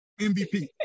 MVP